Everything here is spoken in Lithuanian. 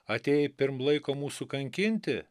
atėjai pirm laiko mūsų kankinti